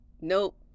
nope